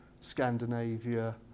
Scandinavia